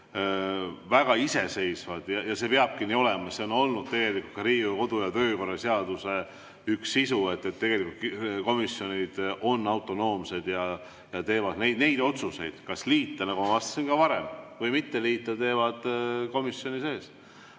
väga iseseisvad. Ja see peabki nii olema, see on olnud tegelikult ka Riigikogu kodu- ja töökorra seaduse üks sisu, et tegelikult komisjonid on autonoomsed ja teevad neid otsuseid, kas liita või mitte liita, komisjoni sees.